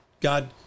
God